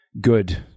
good